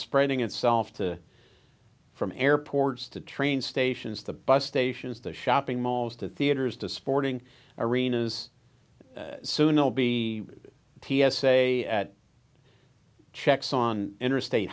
spreading itself to from airports to train stations the bus stations the shopping malls to theaters to sporting arenas soon will be t s a at checks on interstate